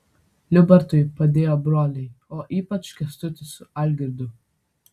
liubartui padėjo broliai o ypač kęstutis su algirdu